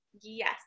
Yes